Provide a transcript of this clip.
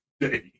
today